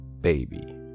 baby